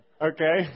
Okay